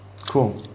Cool